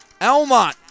Elmont